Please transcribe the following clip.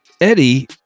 eddie